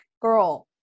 girl